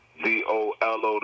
D-O-L-O